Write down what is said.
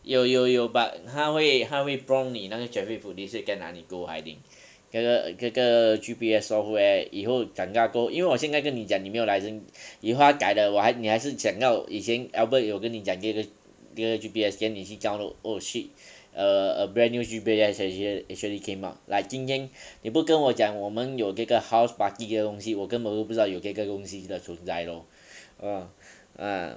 有有有 but 它会它会 prompt 你那个 traffic police 会在哪里 go hiding 这个这个 G_P_S software 以后长大过后因为我现在跟你讲你没有 license 以后它改了我还你还是想到以前 albert 有跟你讲这个这个 G_P_S then 你去 download oh shit a a brand new G_P_S actually actually came up like 今天你不跟我讲我们有这个 houseparty 的东西我根本就不知道有这个东西的存在 lor !whoa! ah